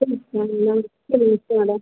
ठीक है नमस्ते नमस्ते मैडम